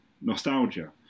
nostalgia